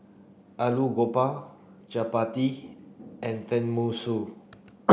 Alu Goba Chapati and Tenmusu